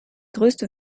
größte